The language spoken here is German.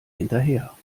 hinterher